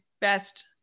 best